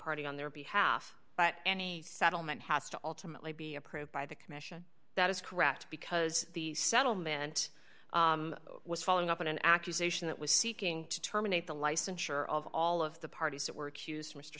party on their behalf but any settlement has to alternately be approved by the commission that is correct because the settlement was following up on an accusation that was seeking to terminate the licensure of all of the parties that were accused mr